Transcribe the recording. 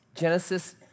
Genesis